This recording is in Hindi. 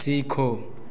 सीखे